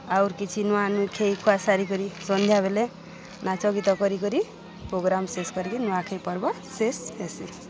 ଆଉର୍ କିଛି ନୂଆ ନୂଇ ଖାଇ ଖୁଆ ସାରିକରି ସନ୍ଧ୍ୟା ବେଲେ ନାଚ ଗୀତ କରିିକରି ପୋଗ୍ରାମ୍ ଶେଷ୍ କରିକି ନୂଆଖାଇ ପର୍ବ ଶେଷ୍ ହେସି